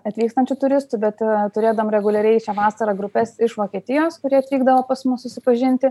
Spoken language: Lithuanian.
atvykstančių turistų bet turėdavom reguliariai šią vasarą grupes iš vokietijos kurie atvykdavo pas mus susipažinti